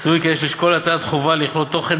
סבורים כי יש לשקול הטלת חובה לכלול תוכן